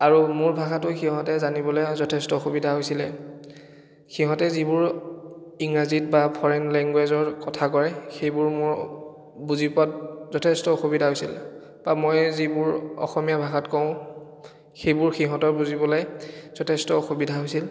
আৰু মোৰ ভাষাটো সিহঁতে জানিবলৈ যথেষ্ট অসুবিধা হৈছিলে সিহঁতে যিবোৰ ইংৰাজীত বা ফৰেইন লেংগুৱেজৰ কথা কয় সেইবোৰ মোৰ বুজি পোৱাত যথেষ্ট অসুবিধা হৈছিলে বা মই যিবোৰ অসমীয়া ভাষাত কওঁ সেইবোৰ সিহঁতৰ বুজিবলৈ যথেষ্ট অসুবিধা হৈছিল